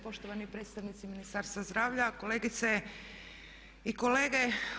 Poštovani predstavnici ministarstva zdravlja, kolegice i kolege.